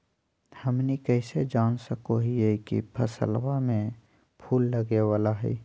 हमनी कइसे जान सको हीयइ की फसलबा में फूल लगे वाला हइ?